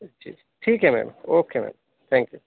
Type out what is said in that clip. جی ٹھیک ہے ma'am okay ma'am thank you